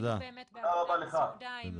זה תמיד אפשרי,